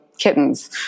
kittens